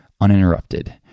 uninterrupted